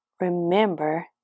remember